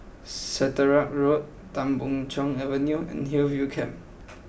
Caterick Road Tan Boon Chong Avenue and Hillview Camp